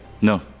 No